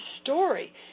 story